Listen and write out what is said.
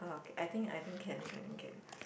whoa I think I think can I think can